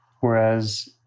whereas